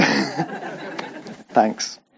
Thanks